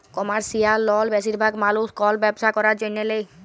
commercial লল বেশিরভাগ মালুস কল ব্যবসা ক্যরার জ্যনহে লেয়